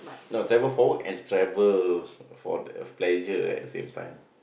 no travel for work and travel for the pleasure at the same time